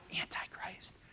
Antichrist